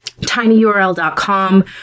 tinyurl.com